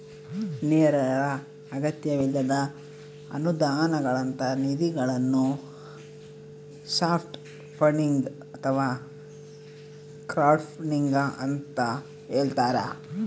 ನೇರ ಅಗತ್ಯವಿಲ್ಲದ ಅನುದಾನಗಳಂತ ನಿಧಿಗಳನ್ನು ಸಾಫ್ಟ್ ಫಂಡಿಂಗ್ ಅಥವಾ ಕ್ರೌಡ್ಫಂಡಿಂಗ ಅಂತ ಹೇಳ್ತಾರ